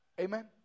Amen